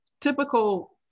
typical